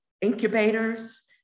incubators